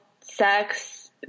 sex